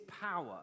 power